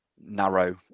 narrow